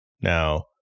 Now